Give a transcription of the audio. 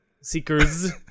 seekers